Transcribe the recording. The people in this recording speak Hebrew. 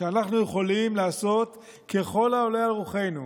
שאנחנו יכולים לעשות ככל העולה על רוחנו,